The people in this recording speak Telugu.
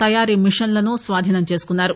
తయారీ మిషన్లను స్వాధీనం చేసుకున్నారు